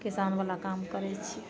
किसान बला काम करै छी